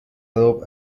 ربع